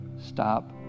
Stop